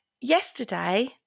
yesterday